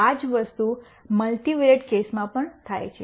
આ જ વસ્તુ મલ્ટિવેરિયેટ કેસમાં પણ થાય છે